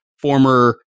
former